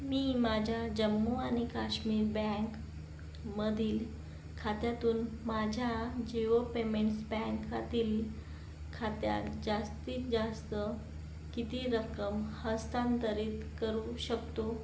मी माझ्या जम्मू आणि काश्मीर बँक मधील खात्यातून माझ्या जिओ पेमेंट्स बँकातील खात्यात जास्तीत जास्त किती रक्कम हस्तांतरित करू शकतो